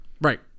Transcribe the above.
Right